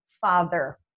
father